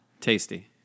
tasty